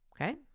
okay